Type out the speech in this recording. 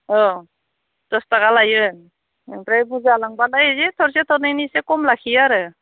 औ दसथाखा लायो ओमफ्राय बुरजा लांबाथाय थरसे थरनैनि एसे खम लाखियो आरो